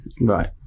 Right